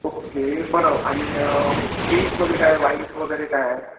okay बरं आणि ड्रिंक्समध्ये काय वाईन्स वगैरे काय